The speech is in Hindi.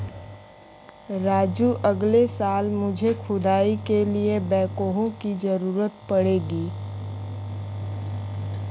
राजू अगले साल मुझे खुदाई के लिए बैकहो की जरूरत पड़ेगी